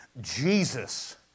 Jesus